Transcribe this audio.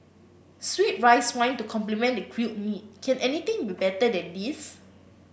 sweet rice wine to complement the grilled meat can anything be better than this